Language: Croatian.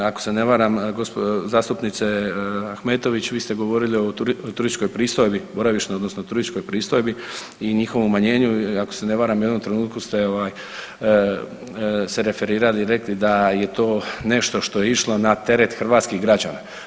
Ako se ne varam zastupnice Ahmetović vi ste govorili o turističkoj pristojbi, boravišnoj odnosno turističkoj pristojbi i njihovom umanjenju i ako se ne varam u jednom trenutku ste ovaj se referirali i rekli da je to nešto što je išlo na teret hrvatskih građana.